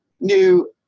new